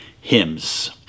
hymns